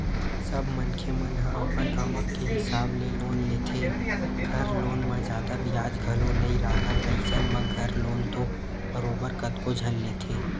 सब मनखे मन ह अपन आवक के हिसाब ले लोन लेथे, घर लोन म जादा बियाज घलो नइ राहय अइसन म घर लोन तो बरोबर कतको झन लेथे